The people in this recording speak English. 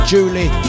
Julie